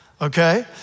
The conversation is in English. Okay